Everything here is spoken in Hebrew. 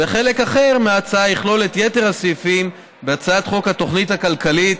וחלק אחר מההצעה יכלול את יתר הסעיפים בהצעת חוק התוכנית הכלכלית